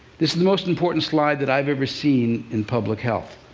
this is the most important slide that i've ever seen in public health,